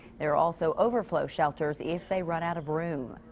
there are also overflow shelters if they run out of room.